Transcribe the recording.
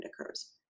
occurs